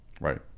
Right